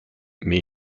mais